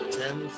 ten